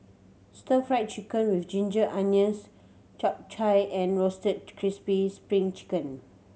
Stir Fry Chicken with ginger onions Kway Chap and Roasted Crispy Spring Chicken